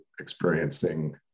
experiencing